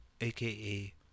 aka